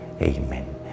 Amen